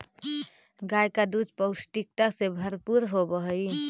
गाय का दूध पौष्टिकता से भरपूर होवअ हई